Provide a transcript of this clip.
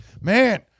man